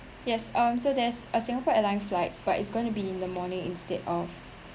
yes um so there's a singapore airline flights but it's going to be in the morning instead of